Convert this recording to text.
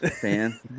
fan